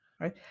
Right